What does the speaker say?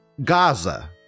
Gaza